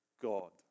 God